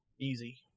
easy